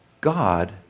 God